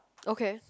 okay